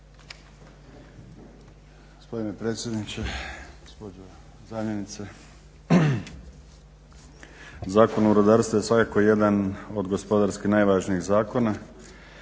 Gospodine predsjedniče, zamjenice. Zakon o rudarstvu je svakako jedan od gospodarski najvažnijih zakona